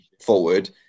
forward